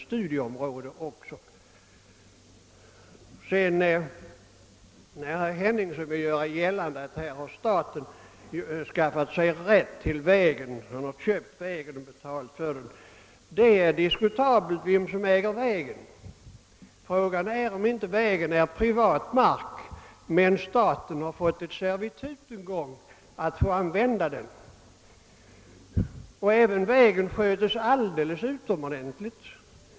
Herr Henningsson ville göra gällande att staten skulle ha köpt vägen och betalt för den. Vem som äger vägen är diskutabelt. Frågan är om inte vägen är privat mark. Men staten har genom ett servitut fått rätt att använda den. Vägen sköts alldeles utomordentligt.